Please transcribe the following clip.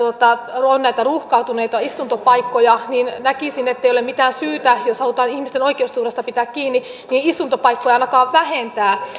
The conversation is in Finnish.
on näitä ruuhkaantuneita istuntopaikkoja niin näkisin ettei ole mitään syytä jos halutaan ihmisten oikeusturvasta pitää kiinni istuntopaikkoja ainakaan vähentää